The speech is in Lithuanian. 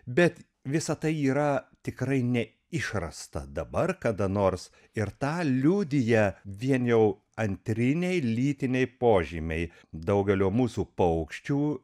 bet visa tai yra tikrai neišrasta dabar kada nors ir tą liudija vien jau antriniai lytiniai požymiai daugelio mūsų paukščių